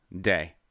day